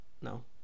no